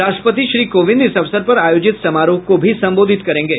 राष्ट्रपति श्री कोविंद इस अवसर पर आयोजित समारोह को भी संबोधित करेंगे